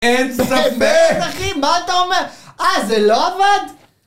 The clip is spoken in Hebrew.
אין סבבה, אחי, מה אתה אומר, אה, זה לא עבד?